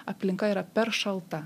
aplinka yra per šalta